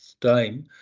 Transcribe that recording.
time